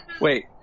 Wait